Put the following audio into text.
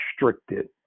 restricted